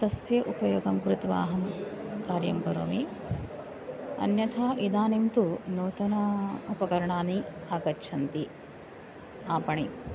तस्य उपयोगं कृत्वा अहं कार्यं करोमि अन्यथा इदानीं तु नूतन उपकरणानि आगच्छन्ति आपणे